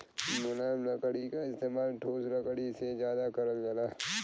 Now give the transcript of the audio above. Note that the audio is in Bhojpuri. मुलायम लकड़ी क इस्तेमाल ठोस लकड़ी से जादा करल जाला